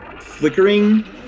flickering